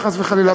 חס וחלילה.